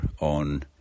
on